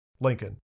Lincoln